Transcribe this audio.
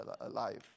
alive